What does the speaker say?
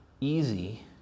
easy